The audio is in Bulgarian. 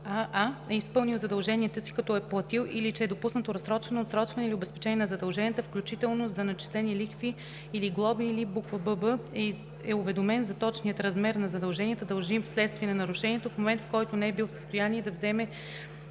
аа) е изпълнил задълженията си, като е платил, или че е допуснато разсрочване, отсрочване или обезпечение на задълженията, включително за начислени лихви или глоби, или бб) е уведомен за точния размер на задълженията, дължим вследствие на нарушението, в момент, в който не е бил в състояние да вземе